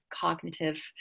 cognitive